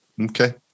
Okay